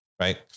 right